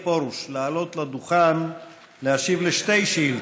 פרוש לעלות לדוכן להשיב על שתי שאילתות.